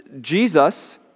Jesus